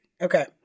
Okay